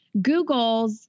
Googles